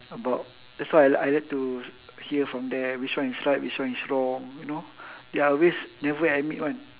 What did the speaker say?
about that's why I li~ I like to hear from them which one is right which one is wrong you know they are always never admit [one]